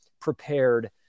prepared